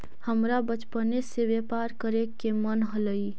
हमरा बचपने से व्यापार करे के मन हलई